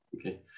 okay